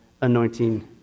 anointing